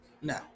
no